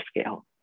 scale